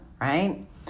right